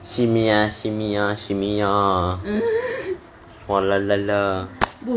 shimmy ya shimmy ya shimmy ya